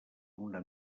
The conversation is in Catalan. una